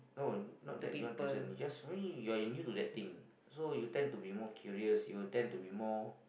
no not that you don't listen I mean you're you need to do that thing so you tend to be more curious you will tend to be more